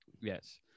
Yes